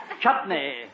Chutney